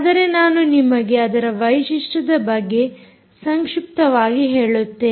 ಆದರೆ ನಾನು ನಿಮಗೆ ಅದರ ವೈಶಿಷ್ಟ್ಯದ ಬಗ್ಗೆ ಸಂಕ್ಷಿಪ್ತವಾಗಿ ಹೇಳುತ್ತೇನೆ